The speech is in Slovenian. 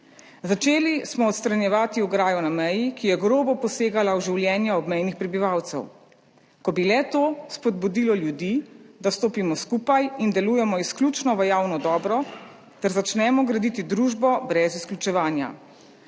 Začeli smo odstranjevati ograjo na meji, ki je grobo posegala v življenja obmejnih prebivalcev. Ko bi le to spodbudilo ljudi, da stopimo skupaj in delujemo izključno v javno dobro ter začnemo graditi družbo brez izključevanja.